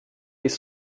des